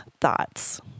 thoughts